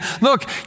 look